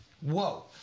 Whoa